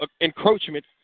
encroachment